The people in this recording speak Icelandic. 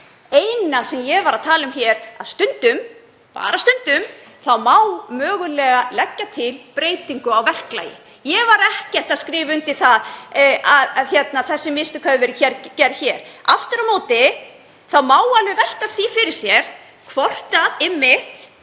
eina sem ég var að tala um er að stundum, bara stundum, má mögulega leggja til breytingu á verklagi. Ég var ekkert að skrifa undir það að þessi mistök hafi verið gerð. Aftur á móti má alveg velta því fyrir sér hvort einmitt